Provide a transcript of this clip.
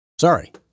Sorry